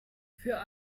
für